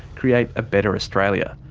create a better australia.